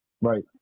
Right